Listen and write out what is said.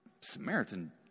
Samaritan